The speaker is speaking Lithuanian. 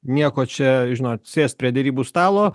nieko čia žinot sėst prie derybų stalo